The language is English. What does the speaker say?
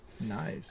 nice